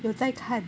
有在看